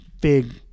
big